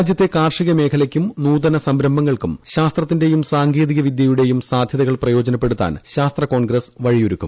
രാജ്യത്തെ കാർഷിക്യിമേഖലയ്ക്കും നൂതന സംരംഭങ്ങൾക്കും ശാസ്ത്രത്തിന്റെയും സ്പാടങ്കേതിക വിദ്യയുടെയും സാധ്യതകൾ പ്രയോജനപ്പെടുത്താൻ ശാസ്ത്ര കോൺഗ്രസ് വഴി ഒരുക്കും